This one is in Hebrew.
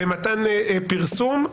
במתן פרסום,